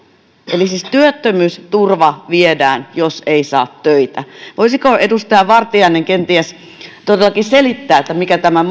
eli siis työttömyysturva viedään jos ei saa töitä voisiko edustaja vartiainen kenties todellakin selittää mikä tämän mallin